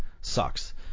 Sucks